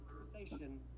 conversation